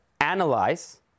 analyze